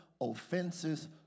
Offenses